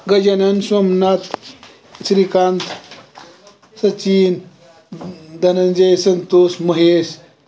Gajanan Somnath Shrikant Sachin Dhananjay Santosh Mahesh